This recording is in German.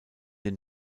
den